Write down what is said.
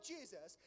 Jesus